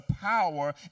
Power